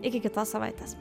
iki kitos savaitės